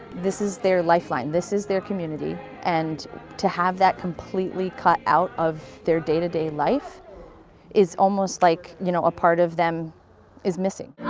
this is their lifeline, this is their community and to have that completely cut out of their day-to-day life is almost like, you know, a part of them is missing.